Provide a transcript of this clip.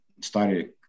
started